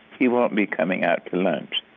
he won't be coming out to lunch,